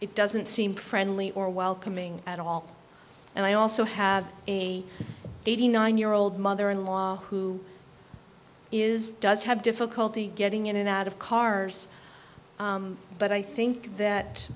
it doesn't seem friendly or welcoming at all and i also have a eighty nine year old mother in law who is does have difficulty getting in and out of cars but i think that